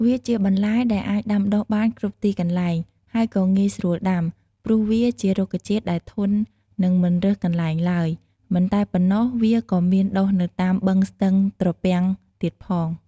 វាជាបន្លែដែលអាចដាំដុះបានគ្រប់ទីកន្លែង ហើយក៏ងាយស្រួលដាំ ព្រោះវាជារុក្ខជាតិដែលធន់ និងមិនរើសកន្លែងឡើយ មិនតែប៉ុណ្ណោះវាក៏មានដុះនៅតាមបឹងស្ទឹងត្រពាំងទៀតផង។